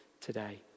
today